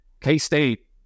K-State